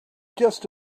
just